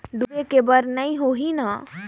डूबे के बर नहीं होही न?